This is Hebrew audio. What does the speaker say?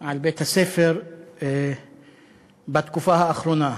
על בית-הספר בתקופה האחרונה,